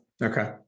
Okay